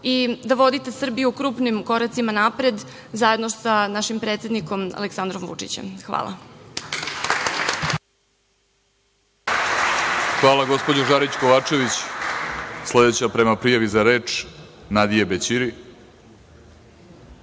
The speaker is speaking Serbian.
i da vodite Srbiju krupnim koracima napred zajedno sa našim predsednikom Aleksandrom Vučićem. Hvala. **Vladimir Orlić** Hvala gospođo Žarić Kovačević. Sledeća prema prijavi za reč Nadije Bećiri. Jedna